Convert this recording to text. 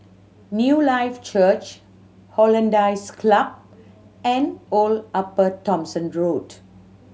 Newlife Church Hollandse Club and Old Upper Thomson Road